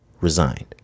resigned